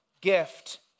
gift